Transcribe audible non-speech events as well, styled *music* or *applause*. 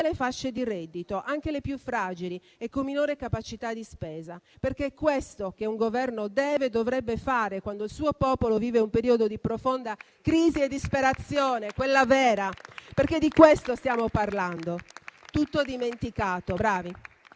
le fasce di reddito, anche le più fragili e con minore capacità di spesa. È questo che un Governo deve e dovrebbe fare quando il suo popolo vive un periodo di profonda crisi e disperazione, quella vera. *applause* È di questo che stiamo parlando. Tutto dimenticato. Bravi.